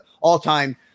all-time